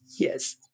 Yes